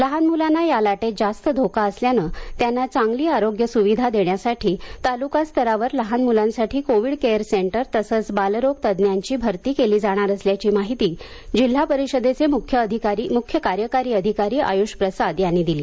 लहान मुलांवर या लाटेत जास्त धोका असल्याने त्यांना चांगली आरोग्य सुविधा देण्यासाठी तालुका स्तरावर लहान मुलांसाठी कोविड केअर सेंटर तसेच बालरोग तज्ज्ञांची भरती केली जाणार असल्याची माहिती जिल्हा परिषदेचे मुख्य कार्यकारी अधिकारी आयुष प्रसाद यांनी दिली